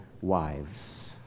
wives